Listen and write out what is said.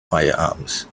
firearms